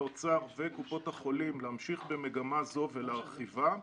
האוצר וקופות החולים להמשיך במגמה זו ולהרחיבה.